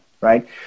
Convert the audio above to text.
right